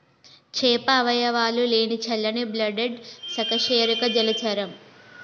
చేప అవయవాలు లేని చల్లని బ్లడెడ్ సకశేరుక జలచరం